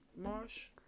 Marsh